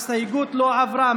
ההסתייגות לא עברה.